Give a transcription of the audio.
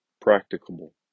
practicable